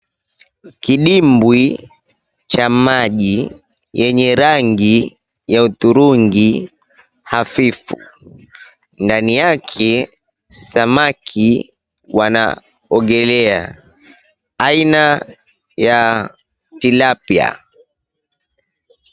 Kidimbwi cha maji yenye rangi ya hudhurungi hafifu. Ndani yake samaki wanaogelea aina ya tilapia .